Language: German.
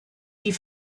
die